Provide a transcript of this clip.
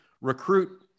recruit